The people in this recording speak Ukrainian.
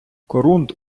корунд